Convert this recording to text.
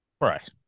Right